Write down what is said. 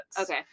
Okay